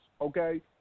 okay